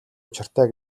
учиртай